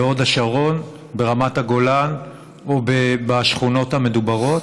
בהוד השרון, ברמת הגולן או בשכונות המדוברות,